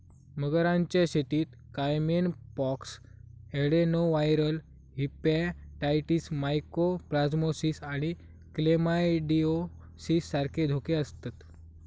मगरांच्या शेतीत caiman pox, adenoviral hepatitis, mycoplasmosis आणि क्लेमायडिओसिस सारखे धोके आसतत